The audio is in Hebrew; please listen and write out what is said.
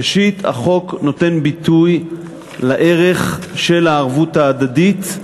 ראשית, החוק נותן ביטוי לערך של הערבות ההדדית,